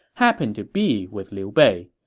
happen to be with liu bei.